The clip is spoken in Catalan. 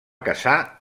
casar